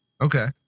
Okay